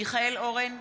מיכאל אורן,